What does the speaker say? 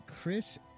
Chris